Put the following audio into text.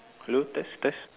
hello test test